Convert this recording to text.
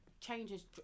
changes